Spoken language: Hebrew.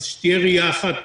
אז שתהיה ראייה אחת